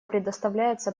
предоставляется